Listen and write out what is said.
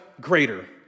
greater